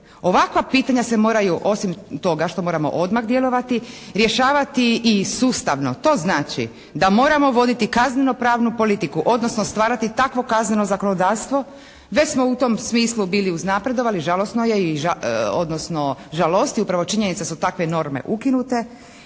Ovakva pitanja se moraju osim toga što moramo odmah djelovati, rješavati i sustavno. To znači da moramo voditi kaznenopravnu politiku, odnosno stvarati takvo kazneno zakonodavstvo. Već smo u tom smislu bili uznapredovali, žalosno je i odnosi žalosti upravo činjenica jer su takve norme ukinute,